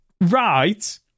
right